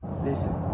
listen